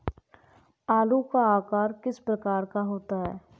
आलू का आकार किस प्रकार का होता है?